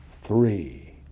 three